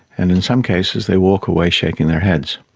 and in some cases they walk away shaking their heads.